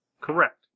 Correct